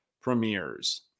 premieres